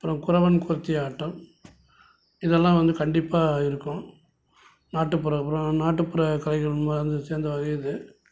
அப்புறம் குறவன் குறத்தியாட்டம் இதெல்லாம் வந்து கண்டிப்பாக இருக்கும் நாட்டுப்புற அப்புறம் நாட்டுப்புற கலைகள் மா அந்த சேர்ந்த வகை இது